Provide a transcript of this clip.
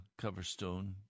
Coverstone